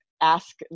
ask